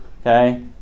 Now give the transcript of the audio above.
Okay